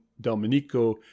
Domenico